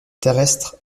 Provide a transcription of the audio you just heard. terrestres